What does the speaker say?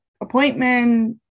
appointment